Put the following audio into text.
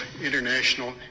international